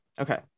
Okay